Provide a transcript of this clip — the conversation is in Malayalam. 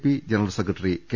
P general secretary K